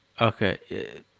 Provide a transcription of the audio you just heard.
Okay